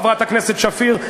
חברת הכנסת שפיר,